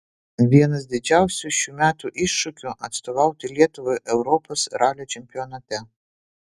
vienas didžiausių šių metų iššūkių atstovauti lietuvai europos ralio čempionate